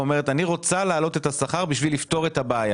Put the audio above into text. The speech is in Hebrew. להעלות את השכר בשביל לפתור את הבעיה",